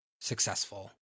successful